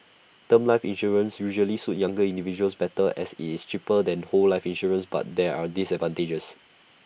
term life insurance usually suit younger individuals better as IT is cheaper than whole life insurance but there are disadvantages